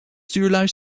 stuurlui